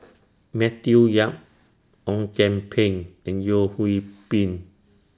Matthew Yap Ong Kian Peng and Yeo Hwee Bin